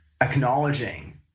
acknowledging